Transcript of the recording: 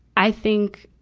i think,